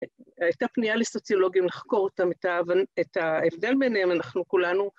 ‫הייתה פנייה לסוציולוגים לחקור אותם, ‫את ההבדל ביניהם, אנחנו כולנו.